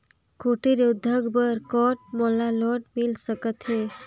कुटीर उद्योग बर कौन मोला लोन मिल सकत हे?